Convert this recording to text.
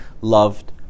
loved